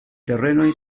terreno